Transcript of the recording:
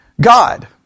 God